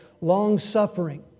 Long-suffering